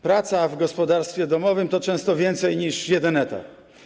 Praca w gospodarstwie domowym to często więcej niż jeden etat.